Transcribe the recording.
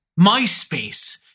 MySpace